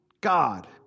God